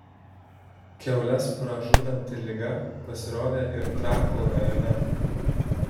kiaules pražudanti liga pasirodė ir trakų rajone